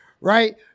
right